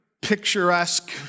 picturesque